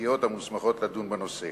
המשפטיות המוסמכות לדון בנושא.